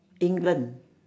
england